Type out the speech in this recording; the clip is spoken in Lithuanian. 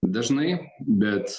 dažnai bet